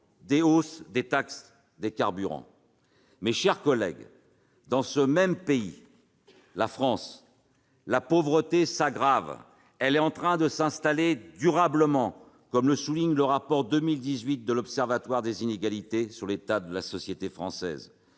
aux hausses des taxes sur les carburants. Mes chers collègues, dans ce pays, la France, la pauvreté s'aggrave ; elle est en train de s'installer durablement, comme le souligne le rapport de l'Observatoire des inégalités de 2018 sur l'état de la société française.